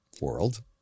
world